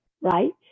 right